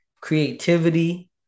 creativity